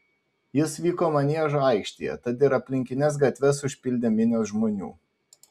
jis vyko maniežo aikštėje tad ir aplinkines gatves užpildė minios žmonių